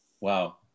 Wow